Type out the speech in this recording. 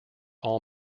all